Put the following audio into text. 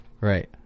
Right